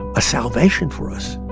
a salvation for us.